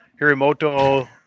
Hirimoto